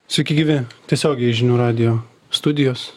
sveiki gyvi tiesiogiai iš žinių radijo studijos